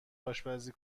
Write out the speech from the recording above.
آشپزی